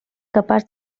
capaç